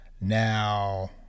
now